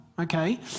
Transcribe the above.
okay